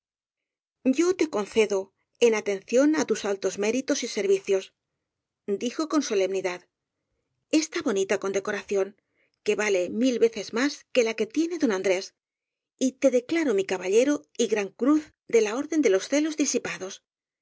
yo te concedo en atención á tus altos méritos y servicios dijo con solemnidad esta bonita condecoración que vale mil veces más que la que tiene don andrés y te declaro mi caballero y gran cruz de la orden de los celos disipados